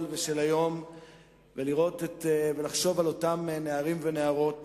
ושל היום ולחשוב על אותם נערים ונערות